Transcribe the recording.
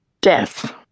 Death